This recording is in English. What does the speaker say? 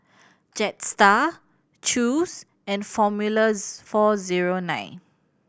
Jetstar Chew's and Formulas four zero nine